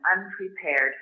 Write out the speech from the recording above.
unprepared